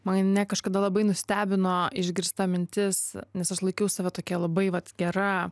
mane kažkada labai nustebino išgirsta mintis nes aš laikiau save tokia labai vat gera